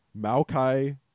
Maokai